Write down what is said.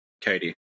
Katie